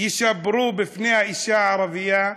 יישברו בפני האישה הערבייה.